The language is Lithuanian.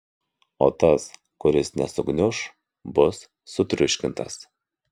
o tas kuris nesugniuš bus sutriuškintas